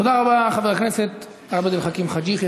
תודה רבה, חבר הכנסת עבד אל חכים חאג' יחיא.